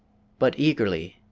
but eagerly,